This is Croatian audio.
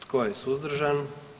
Tko je suzdržan?